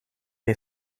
hij